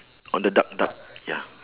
on the duck duck ya